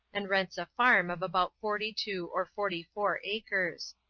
and rents a farm of about forty-two or forty-four acres.